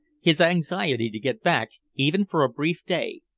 his anxiety to get back, even for a brief day,